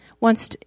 wants